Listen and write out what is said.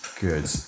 good